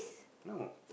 no